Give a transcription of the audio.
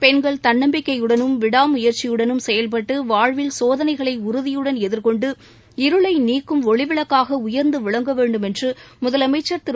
பெண்கள் தன்னம்பிக்கையுடனும் விடாமுயற்சியடனும் செயவ்பட்டு வாழ்வில் சோதனைகளை உறுதிபுடன் எதிர்கொண்டு இருளை நீக்கும் ஒளிவிளக்காக உயர்ந்து விளங்க வேண்டும் என்று முதலமைச்சா் திரு